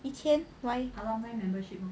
一千 why